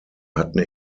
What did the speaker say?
hatten